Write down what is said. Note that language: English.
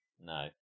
No